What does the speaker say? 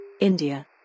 India